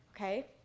okay